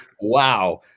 Wow